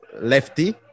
lefty